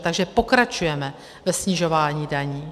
Takže pokračujeme ve snižování daní.